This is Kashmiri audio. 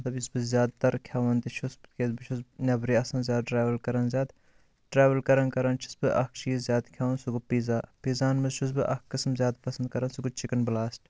مَطلب یُس بہٕ زیادٕ تر کھٮ۪وان تہِ چھُس تِکیاز بہٕ چھُس نیبرٕے آسان زیادٕ ٹرٛاوٕل کَران زِیادٕ ٹرٛاوٕل کَران کَران چھُس بہٕ اَکھ چیٖز زیادٕ کھٮ۪وان سُہ گوٚو پِزا پِزاہَن منٛز چھُس بہٕ اَکھ قٕسٕم زیادٕ پسنٛد کَران سُہ گوٚو چِکن بٕلاسٹ